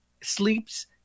sleeps